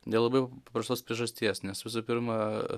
dėl labai paprastos priežasties nes visų pirma